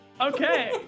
Okay